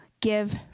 give